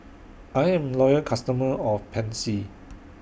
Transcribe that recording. I'm A Loyal customer of Pansy